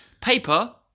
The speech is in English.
Paper